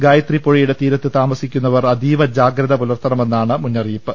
ഗായത്രി പുഴയുടെ തീരത്ത് താമസിക്കുന്നവർ അതീവ ജാഗ്രത പുലർത്തണമെന്നാണ് മുന്നറിയിപ്പ്